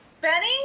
Benny